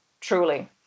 truly